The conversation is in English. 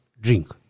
drink